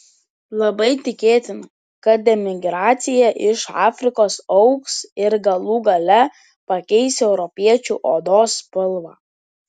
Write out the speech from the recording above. labai tikėtina kad emigracija iš afrikos augs ir galų gale pakeis europiečių odos spalvą